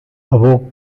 awoke